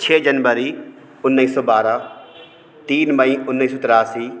छः जनवरी उन्नीस सौ बारह तीन मई उन्नीस सौ तेरासी